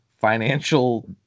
financial